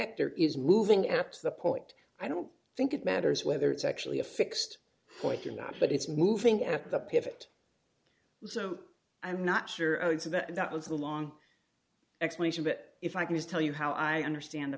ector is moving at the point i don't think it matters whether it's actually a fixed point or not but it's moving at the pivot so i'm not sure that was a long explanation but if i can just tell you how i understand the